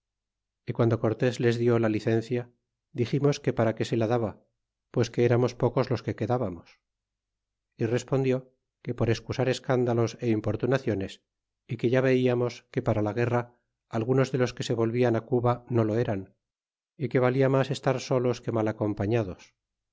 y quando cortés les dió la licencia diximos que para que se la daba pues que eramos pocos los que quedábamos y respondió que por escusar escándalos é importunaciones y que ya veiarnos que para la guerra algunos de los que se volvian á cuba no lo eran y que valia mas estar solos que mal acompañados